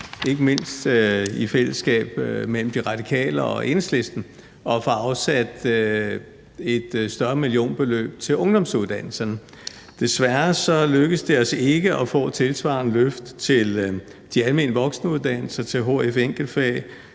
ikke mindst i et fællesskab mellem De Radikale og Enhedslisten, at få afsat et større millionbeløb til ungdomsuddannelserne. Desværre lykkedes det os ikke at få et tilsvarende løft til de almene voksenuddannelser, til hf-enkeltfag,